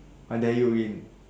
I dare you again